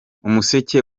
umuseke